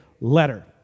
letter